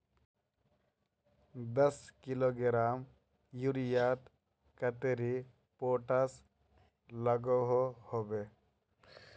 दस किलोग्राम यूरियात कतेरी पोटास लागोहो होबे?